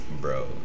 bro